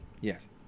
Yes